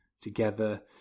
together